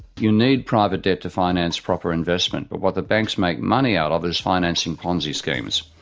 you need private debt to finance proper investment, but what the banks make money out of is financing ponzi schemes.